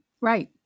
right